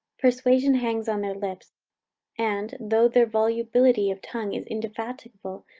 persuasion hangs on their lips and, though their volubility of tongue is indefatigable,